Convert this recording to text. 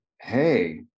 hey